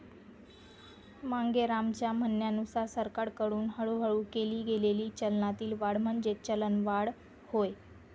मांगेरामच्या म्हणण्यानुसार सरकारकडून हळूहळू केली गेलेली चलनातील वाढ म्हणजेच चलनवाढ होय